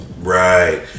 Right